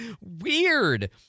weird